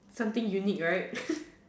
something unique right